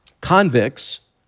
Convicts